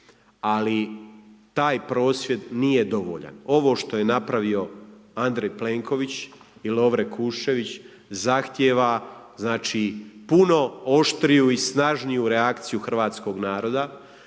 ali taj prosvjed nije dovoljan. Ovo što je napravio Andrej Plenković i Lovro Kuščević zahtjeva znači puno oštriju i snažniju reakciju hrvatskog naroda,